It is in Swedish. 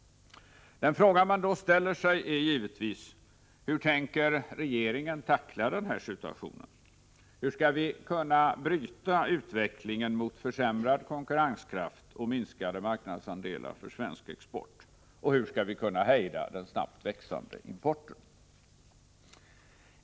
Den fråga man då ställer sig är givetvis: Hur tänker regeringen tackla denna situation? Hur skall vi kunna bryta utvecklingen mot försämrad konkurrenskraft och minskade marknadsandelar för svensk export? Hur skall vi kunna hejda den snabbt växande importen?